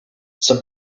some